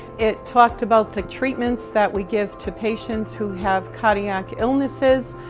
it talked about the treatments that we give to patients who have cardiac illnesses,